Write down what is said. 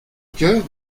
cœur